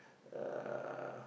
uh